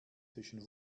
zwischen